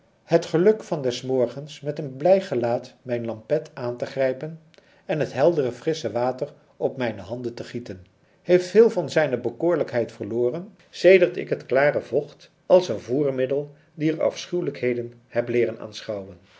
het geluk van des morgens met een blij gelaat mijn lampet aan te grijpen en het heldere frissche water op mijne handen te gieten heeft veel van zijne bekoorlijkheid verloren sedert ik het klare vocht als het voermiddel dier afschuwelijkheden heb leeren